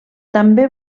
també